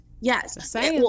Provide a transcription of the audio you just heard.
Yes